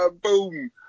boom